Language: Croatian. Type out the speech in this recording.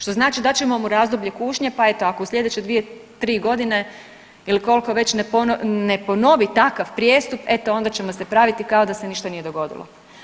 Što znači dat ćemo mu razdoblje kušnje pa eto ako u slijedeće 2-3 godine ili koliko već ne ponovi takav prijestup eto onda ćemo se praviti kao da se ništa nije dogodilo.